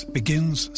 begins